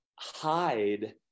hide